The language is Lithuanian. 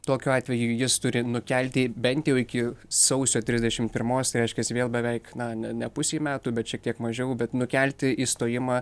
tokiu atveju jis turi nukelti bent jau iki sausio trisdešim pirmos tai reiškias vėl beveik na ne pusei metų bet šiek tiek mažiau bet nukelti išstojimą